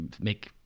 make